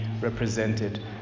represented